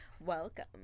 Welcome